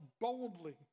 boldly